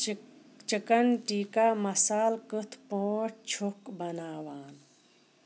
chicken chicken tikka masala کِتھٕ پٲٹھۍ چھُکھ بناوان